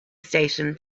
station